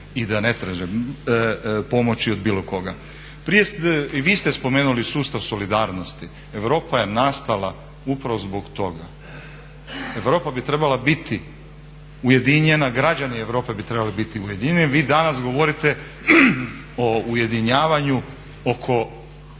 i da ne traže pomoć od bilo koga. I vi ste spomenuli sustav solidarnosti. Europa je nastala upravo zbog toga. Europa bi trebala biti ujedinjena, građani Europe bi trebali biti ujedinjeni. Vi danas govorite o ujedinjavanju oko